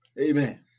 amen